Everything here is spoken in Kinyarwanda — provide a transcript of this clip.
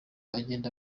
agenda